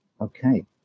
Okay